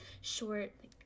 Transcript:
short